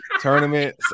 Tournament